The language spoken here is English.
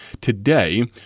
Today